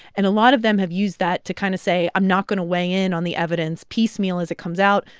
and a lot of them have used that to kind of say, i'm not going to weigh in on the evidence piecemeal as it comes out.